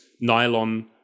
nylon